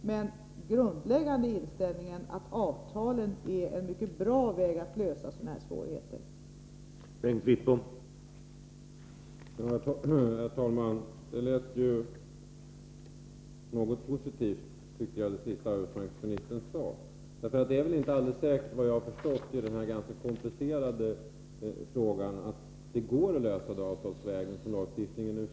Men min grundläggande inställning är att avtalen är en mycket bra väg att lösa sådana här svårigheter på.